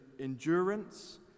endurance